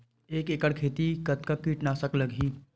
एक एकड़ खेती कतका किट नाशक लगही?